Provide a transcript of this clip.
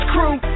Crew